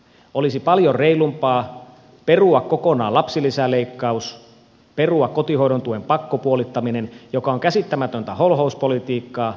olisi paljon reilumpaa perua kokonaan lapsilisäleikkaus ja kotihoidon tuen pakkopuolittaminen joka on käsittämätöntä holhouspolitiikkaa